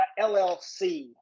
LLC